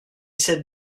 cette